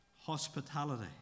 hospitality